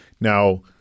Now